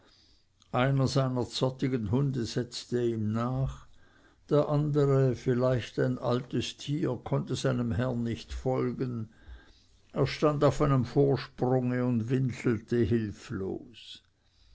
einer seiner zottigen hunde setzte ihm nach der andere vielleicht ein altes tier konnte seinem herrn nicht folgen er stand auf einem vorsprunge und winselte hilflos